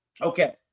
Okay